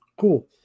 Cool